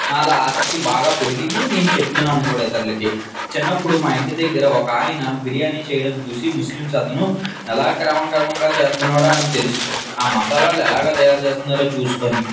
నాలో ఆసక్తి బాగా పెరిగింది నేను చెప్తున్నాను కూడా ఇతరులకి చిన్నప్పుడు మా ఇంటి దగ్గర ఒక ఆయన బిర్యాణీ చేయడం చూసి ముస్లిమ్స్ అతను అలా క్రమక్రమంగా చేస్తున్నాడు అని తెలుసుకొని ఆ మసాలాలు ఎలాగ తయారు చేస్తున్నారు చూసుకొని